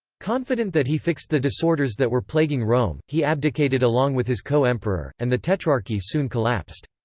confident that he fixed the disorders that were plaguing rome, he abdicated along with his co-emperor, and the tetrarchy soon collapsed.